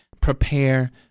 Prepare